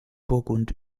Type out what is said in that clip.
burgund